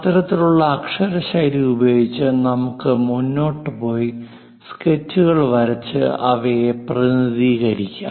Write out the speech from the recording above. അത്തരത്തിലുള്ള അക്ഷരശൈലി ഉപയോഗിച്ച് നമുക്ക് മുന്നോട്ട് പോയി സ്കെച്ചുകൾ വരച്ച് അവയെ പ്രതിനിധീകരിക്കാം